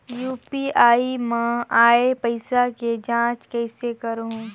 UPI मा आय पइसा के जांच कइसे करहूं?